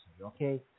Okay